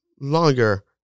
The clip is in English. longer